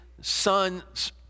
son's